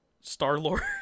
Star-Lord